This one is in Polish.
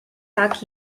tak